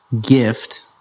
gift